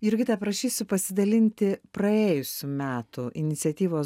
jurgita prašysiu pasidalinti praėjusių metų iniciatyvos